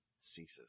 ceases